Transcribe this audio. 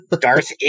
Darth